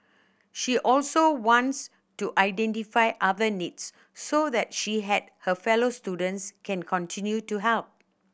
she also wants to identify other needs so that she and her fellow students can continue to help